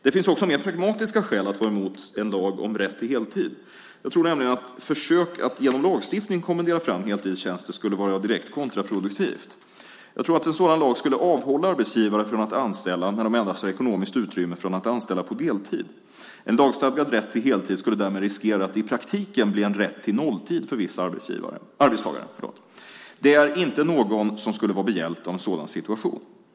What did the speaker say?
Det finns också mer pragmatiska skäl att vara emot en lag om rätt till heltid. Jag tror nämligen att ett försök att genom lagstiftning kommendera fram heltidstjänster skulle vara direkt kontraproduktivt. Jag tror att en sådan lag skulle avhålla arbetsgivare från att anställa när de endast har ekonomiskt utrymme för att anställa på deltid. En lagstadgad rätt till heltid skulle därmed riskera att i praktiken bli en rätt till nolltid för vissa arbetstagare. Det är inte någon som skulle vara behjälpt av en sådan situation.